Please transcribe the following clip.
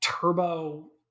turbo